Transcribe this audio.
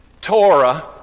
Torah